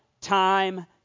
Time